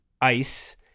ice